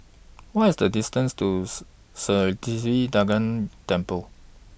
What IS The distance Tooth Sri Siva Durga Temple